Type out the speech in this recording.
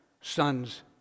sons